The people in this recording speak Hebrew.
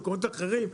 במקומות אחרים,